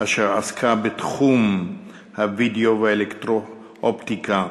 אשר עסקה בתחום הווידיאו והאלקטרואופטיקה.